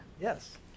Yes